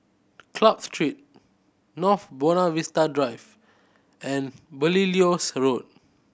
Club Street North Buona Vista Drive and Belilios Road